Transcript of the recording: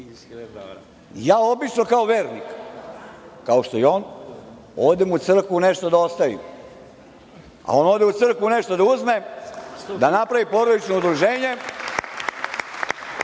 ideje. Obično kao vernik, kao što je i on, odem u crkvu nešto da ostavim, a on ode u crkvu da nešto uzme da napravi porodično udruženje,